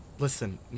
Listen